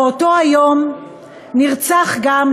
באותו היום נרצח גם,